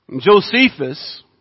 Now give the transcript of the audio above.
Josephus